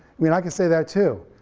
mean i can say that too,